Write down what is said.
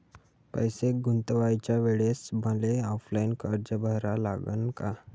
पैसे गुंतवाच्या वेळेसं मले ऑफलाईन अर्ज भरा लागन का?